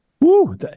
Woo